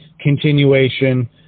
continuation